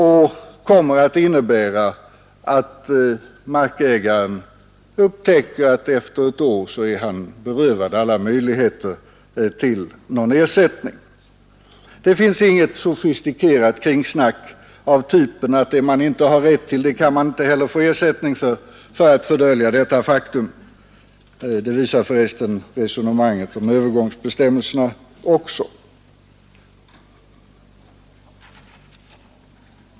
Det kommer att innebära att markägaren upptäcker att han efter ett år är berövad alla möjligheter till ersättning. Det finns för att dölja detta faktum inget sofistikerat kringsnack av typen att det man inte har rätt till kan man inte heller få ersättning för. Det visar förresten resonemanget om övergångsbestämmelserna också.